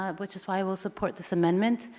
um which is why i will support this amendment.